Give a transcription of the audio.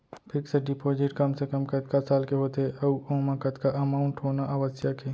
Fix deposit कम से कम कतका साल के होथे ऊ ओमा कतका अमाउंट होना आवश्यक हे?